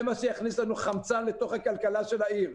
זה מה שיכניס לנו חמצן לכלכלה של העיר.